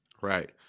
right